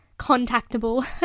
contactable